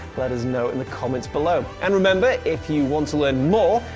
let us know in the comments below! and remember, if you want to learn more,